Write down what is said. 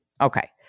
Okay